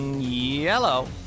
Yellow